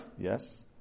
Yes